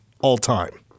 all-time